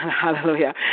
Hallelujah